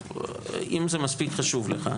אם זה מספיק חשוב לך.